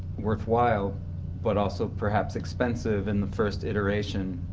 worthwhile but also perhaps expensive in the first iteration,